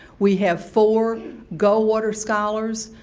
we have four goldwater scholars.